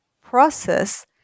process